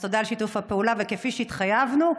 כפי שהתחייבנו,